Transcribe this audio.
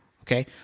Okay